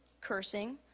Cursing